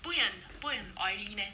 不会很不会很 oily meh